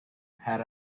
had